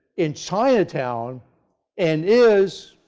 in chinatown and is,